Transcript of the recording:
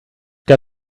got